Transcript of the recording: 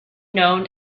known